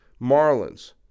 Marlins